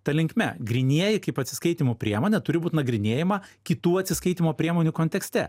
ta linkme grynieji kaip atsiskaitymo priemonė turi būt nagrinėjama kitų atsiskaitymo priemonių kontekste